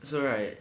so right